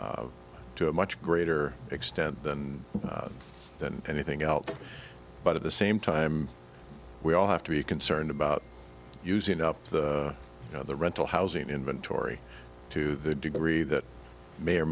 to a much greater extent than than anything else but at the same time we all have to be concerned about using up the you know the rental housing inventory to the degree that may or